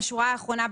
בשורה האחרונה,